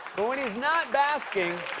when he's not basking.